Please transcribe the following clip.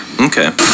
Okay